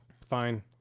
Fine